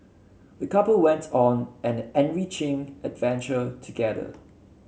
the couple went on an enriching adventure together